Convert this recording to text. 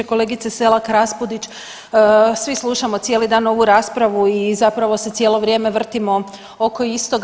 Kolegice Selak Raspudić, svi slušamo cijeli dan ovu raspravu i zapravo se cijelo vrijeme vrtimo oko istoga.